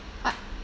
I